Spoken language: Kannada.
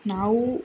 ನಾವು